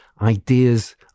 ideas